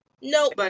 Nope